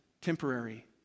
temporary